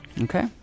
Okay